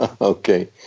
Okay